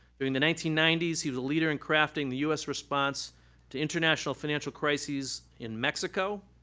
during the nineteen ninety s, he was a leader in crafting the us response to international financial crises in mexico,